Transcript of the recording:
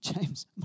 James